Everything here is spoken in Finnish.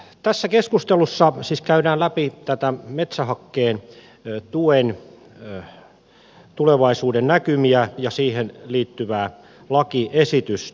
tässä keskustelussa siis käydään läpi metsähakkeen tuen tulevaisuudennäkymiä ja siihen liittyvää lakiesitystä